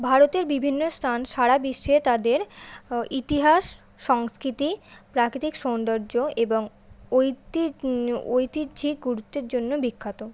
ভারতের বিভিন্ন স্থান সারা বিশ্বে তাদের ইতিহাস সংস্কৃতি প্রাকৃতিক সৌন্দর্য এবং ঐতিহ্যিক গুরুত্বের জন্য বিখ্যাত